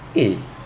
eh